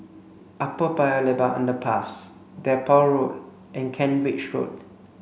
Upper Paya Lebar Underpass Depot Road and Kent Ridge Road